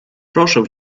proszę